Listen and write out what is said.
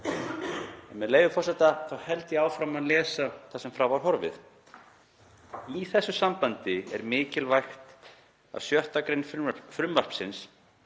Með leyfi forseta held ég áfram að lesa þar sem frá var horfið. „Í þessu sambandi er mikilvægt að 6. gr. frumvarpsins